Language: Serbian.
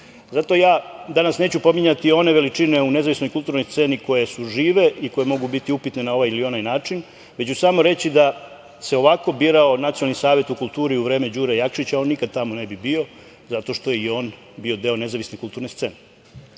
Zato ja danas neću pominjati one veličine u nezavisnog kulturnoj sceni koje su žive i koje mogu biti upitne na ovaj ili onaj način, već ću samo reći da se ovako birao Nacionalni savet u kulturi u vreme Đure Jakšića, on nikad tamo ne bi bio, zato što je i on bio deo nezavisne kulturne scene. Dakle,